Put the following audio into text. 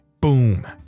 Boom